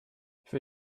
für